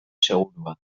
segurua